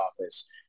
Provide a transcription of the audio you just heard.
office